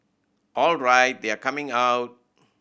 alright they are coming out